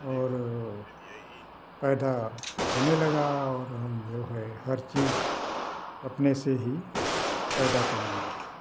और पैदा होने लगा और हम जो है हर चीज अपने से ही पैदा करने लगे